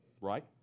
Right